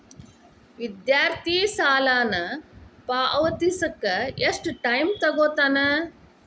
ವಿದ್ಯಾರ್ಥಿ ಸಾಲನ ಪಾವತಿಸಕ ಎಷ್ಟು ಟೈಮ್ ತೊಗೋತನ